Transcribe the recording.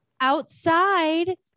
outside